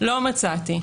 ולא מצאתי.